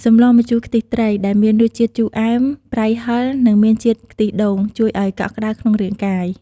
សម្លម្ជូរខ្ទិះត្រី ដែលមានរសជាតិជូរផ្អែម ប្រៃហឹរ និងមានជាតិខ្ទិះដូង ជួយឱ្យកក់ក្តៅក្នុងរាងកាយ។